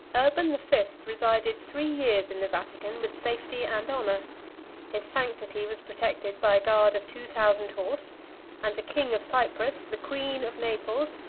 urban the fifth resided three years in the vatican with safety and honor his sanctity was protected by a guard of two thousand horse and the king of cyprus, the queen of naples,